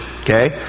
Okay